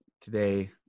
today